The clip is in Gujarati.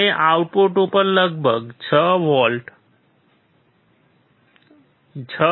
આપણે આઉટપુટ ઉપર લગભગ 6 વોલ્ટ 6